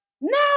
No